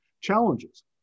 challenges